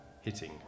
hitting